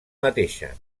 mateixa